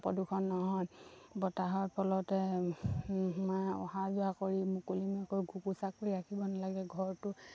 প্ৰদূষণ নহয় বতাহৰ ফলতে সোমাই অহা যোৱা কৰি মুকলিমূৰীয়াকৈ ঘুকুচাকৈ ৰাখিব নালাগে ঘৰটো